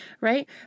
right